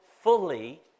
fully